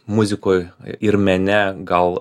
muzikoj ir mene gal